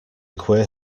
queer